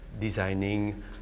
designing